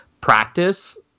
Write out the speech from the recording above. practice